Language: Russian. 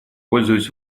пользуясь